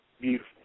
beautiful